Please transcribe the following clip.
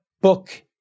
book